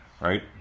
Right